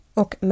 och